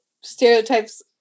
stereotypes